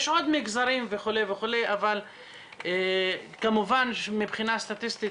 יש עוד מגזרים כמובן שמבחינה סטטיסטית